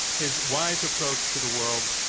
his wise approach to the world.